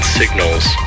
signals